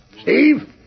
Steve